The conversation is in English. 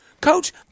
coach